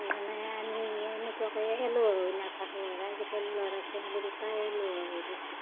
তাৰমানে আমি এনেকুৱাকে এলেহুৱা হৈ নাথাকো আৰু আজিকালি ল'ৰা ছোৱালী গোটাই এলেহুৱা হৈ গৈছে